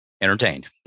entertained